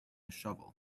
shovel